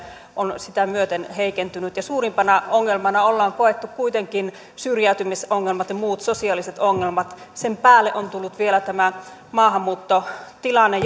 on sitä myöten heikentynyt suurimpana ongelmana on koettu kuitenkin syrjäytymisongelmat ja muut sosiaaliset ongelmat sen päälle on tullut vielä tämä maahanmuuttotilanne